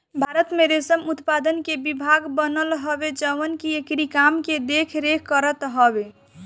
भारत में रेशम उत्पादन के विभाग बनल हवे जवन की एकरी काम के देख रेख करत हवे